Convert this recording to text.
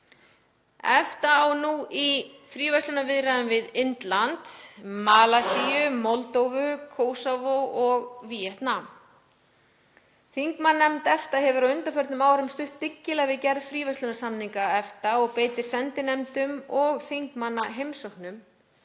EFTA á nú í fríverslunarviðræðum við Indland, Malasíu, Moldóvu, Kósovó og Víetnam. Þingmannanefnd EFTA hefur á undanförnum árum stutt dyggilega við gerð fríverslunarsamninga EFTA og beitir sendinefndum og þingmannaheimsóknum